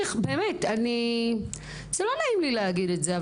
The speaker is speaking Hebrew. באמת, לא נעים לי להגיד את זה.